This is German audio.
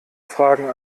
fragen